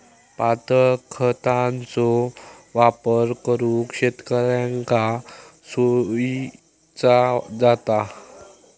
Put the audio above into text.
पातळ खतांचो वापर करुक शेतकऱ्यांका सोयीचा जाता